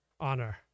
honor